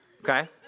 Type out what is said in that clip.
Okay